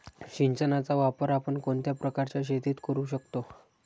सिंचनाचा वापर आपण कोणत्या प्रकारच्या शेतीत करू शकतो?